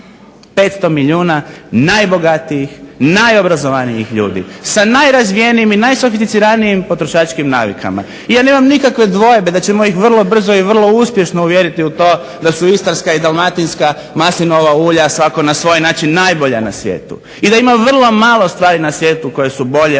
500 milijuna najbogatijih, najobrazovanijih ljudi, sam najrazvijenijim i najsofisticiranijim potrošačkim navikama i ja nemam nikakve dvojbe da ćemo ih vrlo brzo i vrlo uspješno uvjeriti u to da su Istarska i Dalmatinska maslinova ulja svako na svoj način najbolja na svijetu i da ima vrlo malo stvari na svijetu koje su bolje